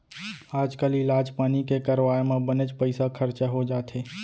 आजकाल इलाज पानी के करवाय म बनेच पइसा खरचा हो जाथे